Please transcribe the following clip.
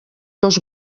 dos